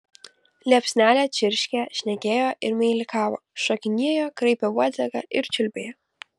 liepsnelė čirškė šnekėjo ir meilikavo šokinėjo kraipė uodegą ir čiulbėjo